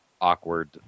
awkward